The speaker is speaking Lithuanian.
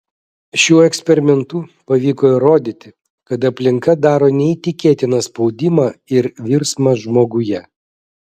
šiuo eksperimentu pavyko įrodyti kad aplinka daro neįtikėtiną spaudimą ir virsmą žmoguje